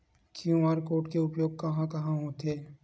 QR code के उपयोग कहां कहां होथे?